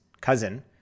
cousin